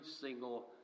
single